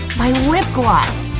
my lip gloss!